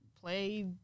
play